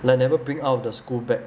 like never bring out of the school bag